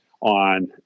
on